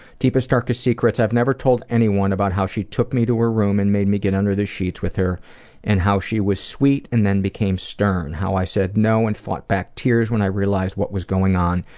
deepest darkest secrets i've never told anyone about how she took me to a room and made me get under the sheets with her and how she was sweet and then became stern, how i said no and fought back tears when i realized what was going on,